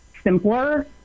simpler